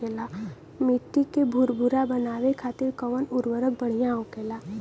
मिट्टी के भूरभूरा बनावे खातिर कवन उर्वरक भड़िया होखेला?